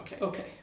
Okay